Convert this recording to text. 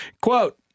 Quote